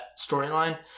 storyline